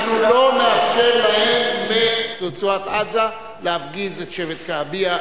לא נאפשר להם מרצועת-עזה להפגיז את שבט כעביה.